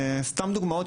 סתם דוגמאות,